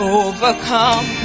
overcome